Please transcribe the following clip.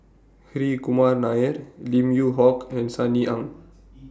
Hri Kumar Nair Lim Yew Hock and Sunny Ang